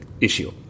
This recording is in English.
issue